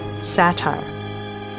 satire